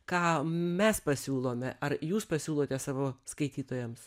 kam mes pasiūlome ar jūs pasiūlote savo skaitytojams